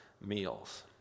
meals